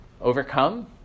overcome